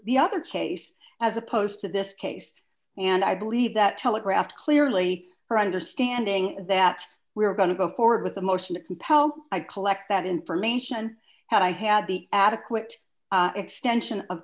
the other case as opposed to this case and i believe that telegraphed clearly her understanding that we are going to go forward with a motion to compel i collect that information had i had the adequate extension of